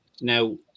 Now